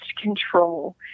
control